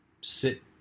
sit